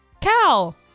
Cal